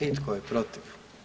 I tko je protiv?